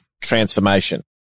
transformation